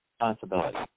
responsibility